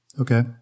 Okay